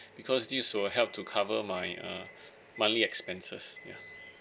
because this will help to cover my uh monthly expenses ya